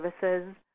services